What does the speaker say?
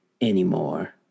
anymore